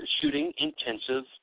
shooting-intensive